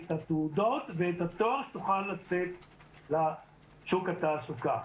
את התעודות ואת התואר שתוכל לצאת לשוק התעסוקה.